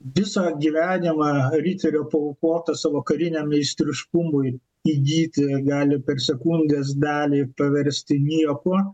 visą gyvenimą riterio paaukotą savo kariniam meistriškumui įgyti gali per sekundės dalį paversti niekuo